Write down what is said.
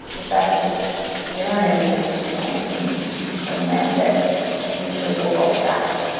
the fact that that there aren't any answers now, even even for the man that that usually blows all the facts